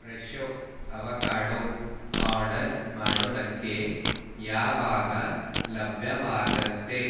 Fresho avocado order ಮಾಡೋದಕ್ಕೆ ಯಾವಾಗ ಲಭ್ಯವಾಗುತ್ತೆ